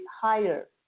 higher